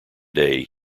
day